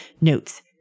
notes